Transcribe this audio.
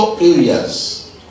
areas